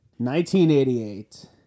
1988